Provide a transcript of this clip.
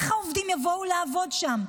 איך העובדים יבואו לעבוד שם?